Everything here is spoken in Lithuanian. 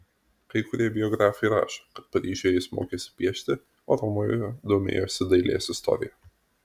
kai kurie biografai rašo kad paryžiuje jis mokėsi piešti o romoje domėjosi dailės istorija